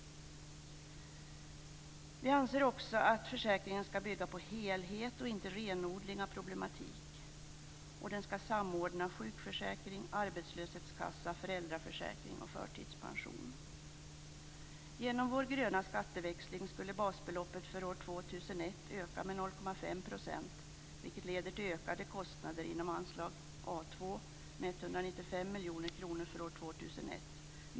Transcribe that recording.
Vi anser också att försäkringen skall bygga på helhet och inte renodling av problematik. Den skall samordna sjukförsäkring, arbetslöshetskassa, föräldraförsäkring och förtidspension. Genom vår gröna skatteväxling skulle basbeloppet för år 2001 öka med 0,5 %, vilket leder till ökade kostnader inom anslag A 2 med 195 miljoner kronor för år 2001.